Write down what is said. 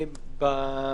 שאלה.